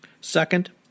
Second